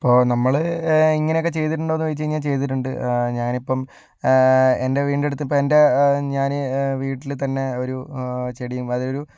ഇപ്പോൾ നമ്മളെ ഇങ്ങനെയൊക്കെ ചെയ്തിട്ടുണ്ടോന്ന് ചോദിച്ചു കഴിഞ്ഞാൽ ചെയ്തിട്ടുണ്ട് ഞാനിപ്പം എൻറെ വീടിന്റടുത്ത് ഇപ്പോൾ എൻറെ ഞാൻ വീട്ടിൽ തന്നെ ഒരു ചെടിയും അതിലൊരു